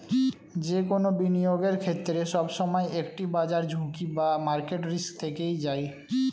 যে কোনো বিনিয়োগের ক্ষেত্রে, সবসময় একটি বাজার ঝুঁকি বা মার্কেট রিস্ক থেকেই যায়